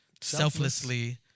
selflessly